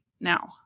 now